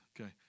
Okay